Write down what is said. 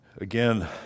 Again